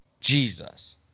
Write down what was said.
Jesus